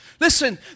Listen